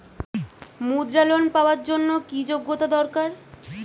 মুদ্রা লোন পাওয়ার জন্য কি যোগ্যতা দরকার?